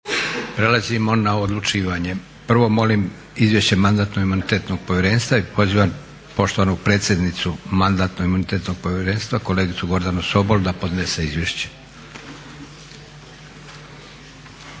Prelazimo na odlučivanje. Prvo molim Izvješće Mandatno-imunitetnog povjerenstva i pozivam poštovanu predsjednicu Mandatno-imunitetnog povjerenstva kolegicu Gordanu Sobol da podnese izvješće.